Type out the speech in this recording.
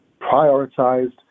prioritized